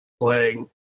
playing